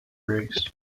race